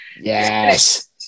yes